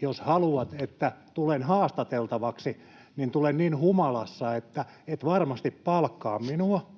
jos haluat, että tulen haastateltavaksi, niin tulen niin humalassa, että et varmasti palkkaa minua.